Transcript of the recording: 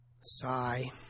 Sigh